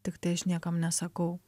tiktai aš niekam nesakau